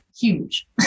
huge